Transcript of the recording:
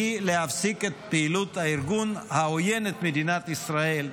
והיא להפסיק את פעילות ארגון העוין את מדינת ישראל,